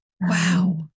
Wow